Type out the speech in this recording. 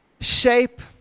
shape